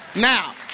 Now